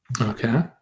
Okay